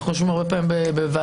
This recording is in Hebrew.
הרבה פעמים אנחנו יושבים בוועדות,